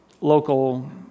local